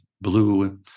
blue